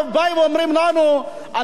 אנחנו רוצים להגדיל את הגירעון.